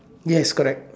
yes correct